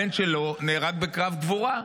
הבן שלו נהרג בקרב גבורה.